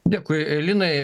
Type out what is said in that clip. dėkui linai